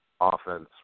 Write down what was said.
offense